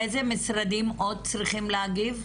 איזה משרדים עוד צריכים להגיב?